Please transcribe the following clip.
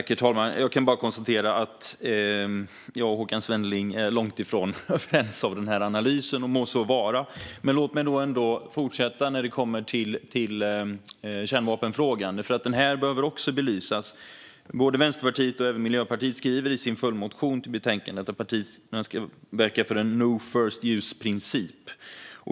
Herr talman! Jag kan bara konstatera att jag och Håkan Svenneling är långt ifrån överens om analysen, och må så vara. Låt mig ändå fortsätta till kärnvapenfrågan. Den behöver också belysas. Både Vänsterpartiet och Miljöpartiet skriver i sin följdmotion till propositionen att partierna ska verka för en no first use-princip.